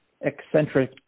eccentric